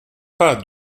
pas